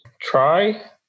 Try